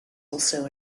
also